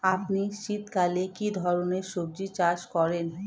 আপনি শীতকালে কী ধরনের সবজী চাষ করেন?